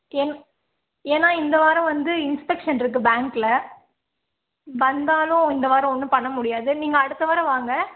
ஏன் ஏன்னா இந்த வாரம் வந்து இன்ஸ்பெக்ஷன் இருக்கு பேங்க்கில் வந்தாலும் இந்த வாரம் ஒன்றும் பண்ண முடியாது நீங்கள் அடுத்த வாரம் வாங்க